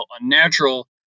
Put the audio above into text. unnatural